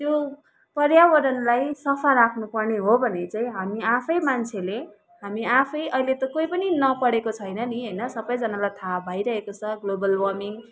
त्यो पर्यावरणलाई सफा राख्नु पर्ने हो भने चाहिँ हामी आफै मान्छेले हामी आफै अहिले त कोही पनि नपढेको छैन नि होइन सबैजनालाई थाहा भइरहेको छ ग्लोबल वार्मिङ